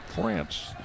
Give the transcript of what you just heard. France